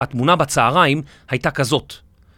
התמונה בצהריים הייתה כזאת